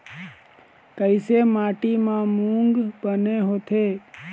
कइसे माटी म मूंग बने होथे?